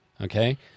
okay